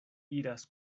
iras